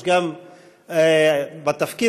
בתפקיד,